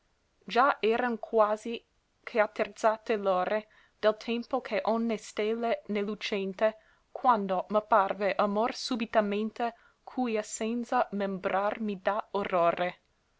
già eran quasi che atterzate l'ore del tempo che onne stella n'è lucente quando m'apparve amor subitamente cui essenza membrar mi dà orrore